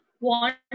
want